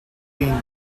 been